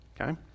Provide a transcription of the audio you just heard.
okay